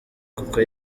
kuko